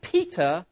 Peter